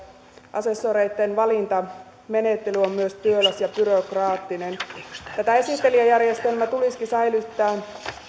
asessoreitten valintamenettely on myös työläs ja byrokraattinen tämä esittelijäjärjestelmä tulisikin säilyttää